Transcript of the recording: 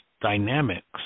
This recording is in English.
dynamics